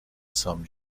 some